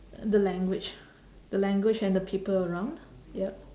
the language the language and the people around yup